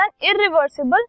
irreversible